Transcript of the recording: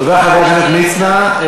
תודה, חבר הכנסת מצנע.